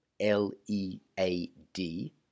lead